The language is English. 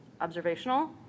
observational